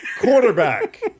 quarterback